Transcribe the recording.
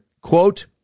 quote